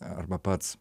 arba pats